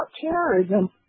terrorism